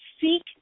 seek